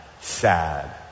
sad